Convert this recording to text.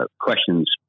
questions